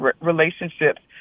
relationships